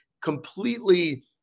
completely